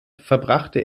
verbrachte